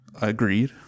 Agreed